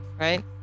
Right